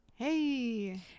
hey